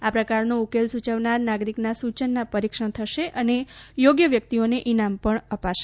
આ પ્રકારનો ઉકેલ સૂચવનાર નાગરિકના સૂચનનું પરિક્ષણ થશે અને યોગ્ય વ્યક્તિઓને ઇનામ પણ અપાશે